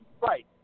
Right